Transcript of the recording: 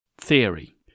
theory